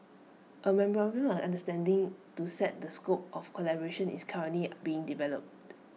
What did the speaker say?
A memorandum of understanding to set the scope of collaboration is currently being developed